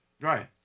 Right